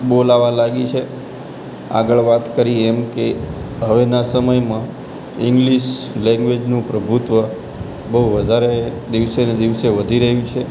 બોલાવા લાગી છે આગળ વાત કરી એમ કે હવેના સમયમાં ઇંગ્લિસ લૅંગ્વેજનું પ્રભુત્ત્વ બહુ વધારે દિવસે ને દિવસે વધી રહ્યું છે